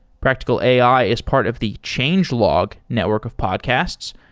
practical ai is part of the changelog network of podcasts,